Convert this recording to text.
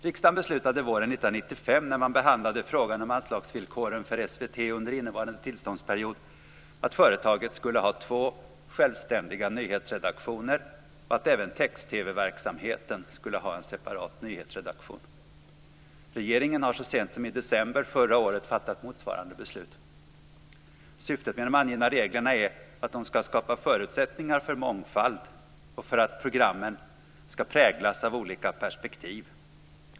Riksdagen beslutade våren 1995, när man behandlade frågan om anslagsvillkoren för SVT under innevarande tillståndsperiod, att företaget skulle ha två självständiga nyhetsredaktioner. Även text-TV Regeringen har så sent som i december förra året fattat motsvarande beslut. Syftet med de angivna reglerna är att de ska skapa förutsättningar för mångfald och för att programmen ska präglas av olika perspektiv.